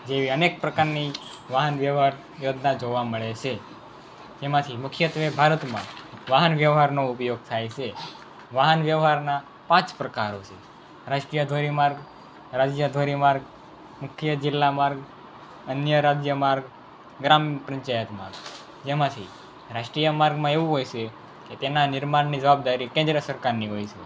જેવી અનેક પ્રકારની વાહન વ્યવહાર યોજના જોવા મળે છે જેમાંથી મુખ્યત્વે ભારતમાં વાહન વ્યવહારનો ઉપયોગ થાય છે વાહન વ્યવહારના પાંચ પ્રકારો છે રાષ્ટ્રીય ધોરી માર્ગ રાજ્ય ધોરી માર્ગ મુખ્ય જિલ્લા માર્ગ અન્ય રાજ્ય માર્ગ ગ્રામ પંચાયત માર્ગ જેમાંથી રાષ્ટ્રીય માર્ગમાં એવું હોય છે કે તેના નિર્માણની જવાબદારી કેન્દ્ર સરકારની હોય છે